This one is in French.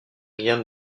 rien